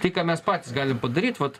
tai ką mes patys galim padaryt vat